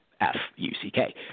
F-U-C-K